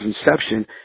inception